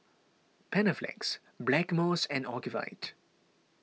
Panaflex Blackmores and Ocuvite